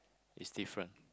it's different